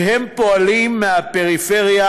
הוא שהם פועלים מהפריפריה,